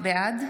בעד